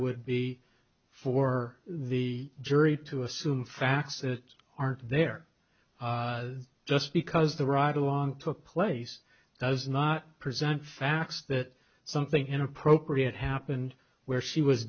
would be for the jury to assume facts that aren't there just because the right along took place does not present facts that something inappropriate happened where she was